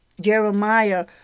Jeremiah